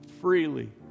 freely